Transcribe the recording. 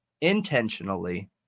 Intentionally